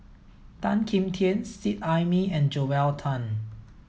Tan Kim Tian Seet Ai Mee and Joel Tan